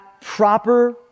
proper